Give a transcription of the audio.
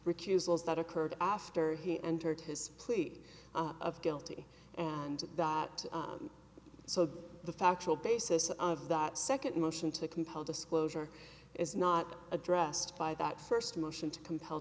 recusals that occurred after he entered his plea of guilty and that so the factual basis of that second motion to compel disclosure is not addressed by that first motion to compel